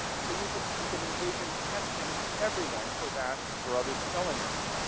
so you could you could envision testing everyone for that or other spelling errors.